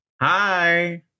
hi